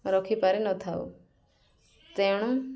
ରଖିପାରିନଥାଉ ତେଣୁ